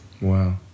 Wow